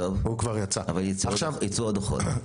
אבל יצאו עוד דוחות.